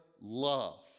love